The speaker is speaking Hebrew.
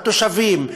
התושבים,